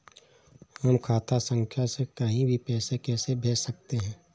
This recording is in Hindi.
हम खाता संख्या से कहीं भी पैसे कैसे भेज सकते हैं?